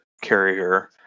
carrier